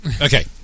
okay